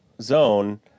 zone